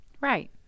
Right